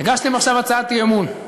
הגשתם עכשיו הצעת אי-אמון.